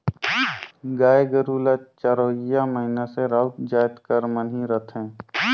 गाय गरू ल चरोइया मइनसे राउत जाएत कर मन ही रहथें